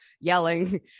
yelling